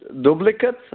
duplicates